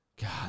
God